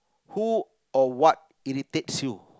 who or what irritates you